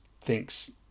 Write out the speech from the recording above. thinks